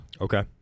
okay